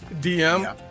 DM